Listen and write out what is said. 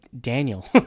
daniel